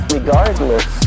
regardless